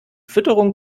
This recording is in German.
fütterung